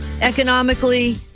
economically